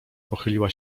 pochyliła